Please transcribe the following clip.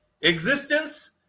existence